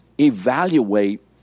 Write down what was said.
evaluate